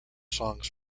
songs